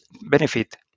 benefit